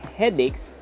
headaches